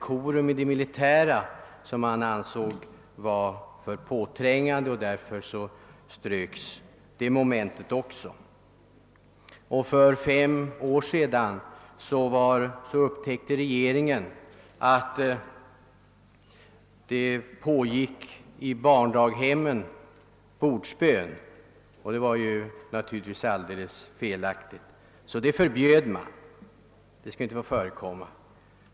Korum i det militära har tagits bort. För några år sedan upptäcktes att bordsbön förekom i barndaghemmen. Detta ansåg regeringen icke vara acceptabelt, och det bestämdes att bordsbön inte skulle förekomma.